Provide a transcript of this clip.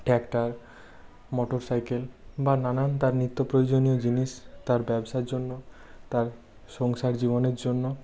tractor motorcycle বা নানান তার নিত্য প্রয়োজনীয় জিনিস তার ব্যবসার জন্য তার সংসার জীবনের জন্য